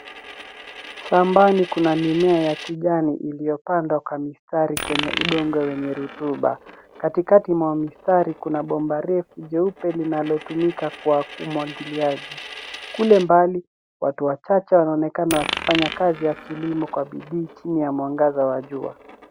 Shambani kuna mimea ya kijani iliyopandwa kwa mfumo ya mstari kwenye udongo wenye rutuba. Katikati mwa mistari kuna bomba refu jrupe linalotumika kwa umwagiliaji. Kule mbali watu wachache wanaonekana wakifanya kazi ya kilimo kwa bidii chini ya mwangaza wa jua.